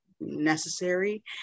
necessary